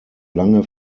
lange